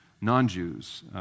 non-Jews